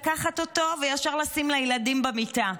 לקחת אותו וישר לשים לילדים במיטה,